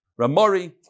Ramari